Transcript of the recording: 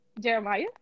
Jeremiah